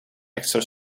extra